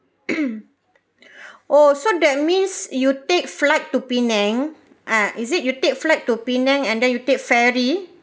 oh so that means you take flight to penang ah is it you take flight to penang and then you take ferry